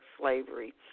slavery